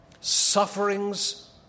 Sufferings